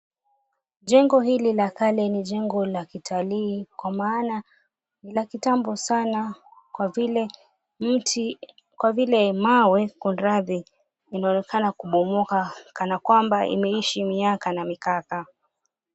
Jengo hili la kale ni jengo la kitalii kwa maana ni la kitambo sana kwa vile mti, kwa vile mawe kunradhi inaonekana kubomoka kana kwamba imeishi miaka na mikaka.